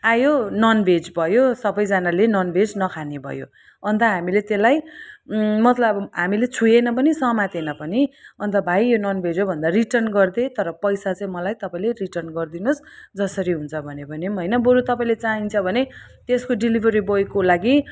आयो non veg भयो सबैजनाले नन भेज नखाने भयो अन्त हामीले त्यसलाई मतलब अब हामीले छोएनँ पनि समातेनँ पनि अन्त भाइ यो नन भेज हो भन्दा रिटर्न गरिदिएँ तर पैसा चाहिँ मलाई तपाईँले रिटर्न गरिदिनुहोस् जसरी हुन्छ भने भने पनि होइन बरु तपाईँले चाहिन्छ भने त्यसको डेलिभरी बोइको लागि